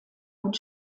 und